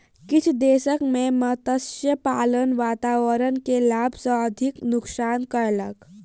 किछ दशक में मत्स्य पालन वातावरण के लाभ सॅ अधिक नुक्सान कयलक